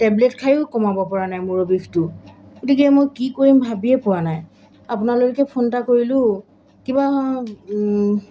tablet খায়ো কমাব পৰা নাই মূৰৰ বিষটো গতিকে মই কি কৰিম ভাবিয়ে পোৱা নাই আপোনালৈকে ফোন এটা কৰিলোঁ কিবা